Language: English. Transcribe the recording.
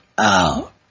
out